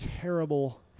terrible